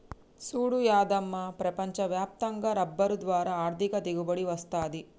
సూడు యాదమ్మ ప్రపంచ వ్యాప్తంగా రబ్బరు ద్వారా ఆర్ధిక దిగుబడి వస్తది